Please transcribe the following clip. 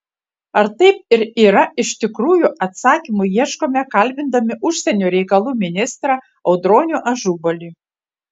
ar taip ir yra iš tikrųjų atsakymų ieškome kalbindami užsienio reikalų ministrą audronių ažubalį